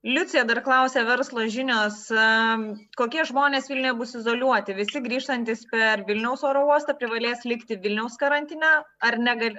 liucija dar klausia verslo žinios kokie žmonės nebus izoliuoti visi grįžtantys per vilniaus oro uostą privalės likti vilniaus karantine ar negal